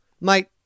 Mate